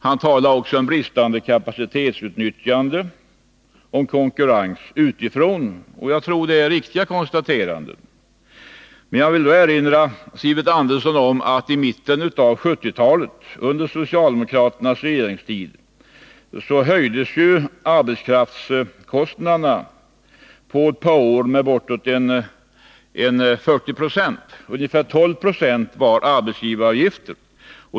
Han talar också om bristande kapacitetsutnyttjande och om konkurrens utifrån, och jag tror det är riktiga konstateranden. Men jag vill erinra Sivert Andersson om att i mitten av 1970-talet, under socialdemokraternas regeringstid, höjdes arbetskraftskostnaderna under ett par år med bortåt 40 90, varav ungefär 12 Jo var arbetsgivaravgifter.